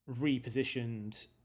repositioned